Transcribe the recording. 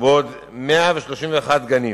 ועוד 131 גנים.